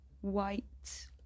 white